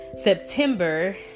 September